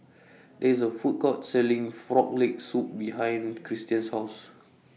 There IS A Food Court Selling Frog Leg Soup behind Christian's House